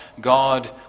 God